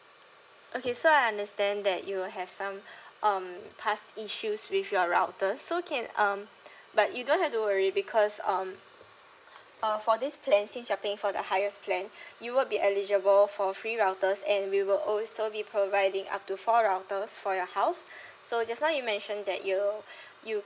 okay so I understand that you have some um past issues with your router so can um but you don't have to worry because um uh for this plan since you're paying for the highest plan you will be eligible for free routers and we will also be providing up to four routers for your house so just now you mentioned that you you